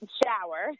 shower